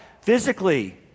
physically